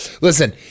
Listen